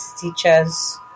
teachers